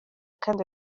kandi